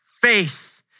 faith